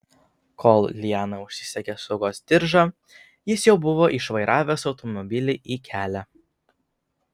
kol liana užsisegė saugos diržą jis jau buvo išvairavęs automobilį į kelią